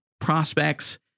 prospects